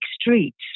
streets